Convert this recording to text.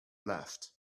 left